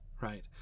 right